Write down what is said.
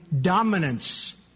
dominance